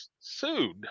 sued